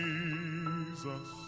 Jesus